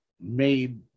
made